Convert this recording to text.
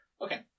Okay